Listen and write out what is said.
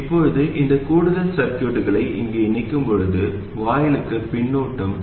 இப்போது இந்த கூடுதல் சர்கியூட்களை இங்கே இணைக்கும்போது வாயிலுக்கு பின்னூட்டமும் உள்ளது